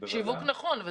שיווק נכון.